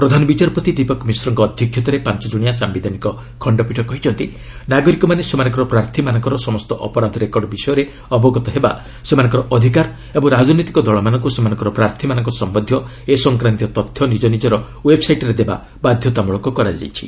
ପ୍ରଧାନବିଚାରପତି ଦୀପକ ମିଶ୍ରଙ୍କ ଅଧ୍ୟକ୍ଷତାରେ ପାଞ୍ଚ କଣିଆ ସାୟିଧାନିକ ଖଣ୍ଡପୀଠ କହିଛନ୍ତି ନାଗରିକମାନେ ସେମାନଙ୍କର ପ୍ରାର୍ଥୀମାନଙ୍କର ସମସ୍ତ ଅପରାଧ ରେକର୍ଡ ବିଷୟରେ ଅବଗତ ହେବା ସେମାନଙ୍କ ଅଧିକାର ଓ ରାଜନୈତିକ ଦଳମାନଙ୍କ ସେମାନଙ୍କର ପ୍ରାର୍ଥୀମାନଙ୍କ ସମ୍ଭନ୍ଧୀୟ ଏ ସଂକ୍ରାନ୍ତରେ ତଥ୍ୟ ନିଜ ନିଜର ଓ୍ୱେବ୍ସାଇଟ୍ରେ ଦେବା ବାଧ୍ୟତାମ୍ବଳକ କରାଯାଇଛି